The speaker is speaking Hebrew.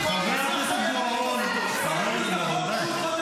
ממשיך להנציח את הקיבעון המחשבתי ולא